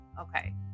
Okay